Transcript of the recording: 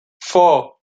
four